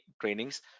trainings